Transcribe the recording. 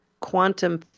quantum